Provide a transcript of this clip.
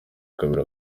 kabiri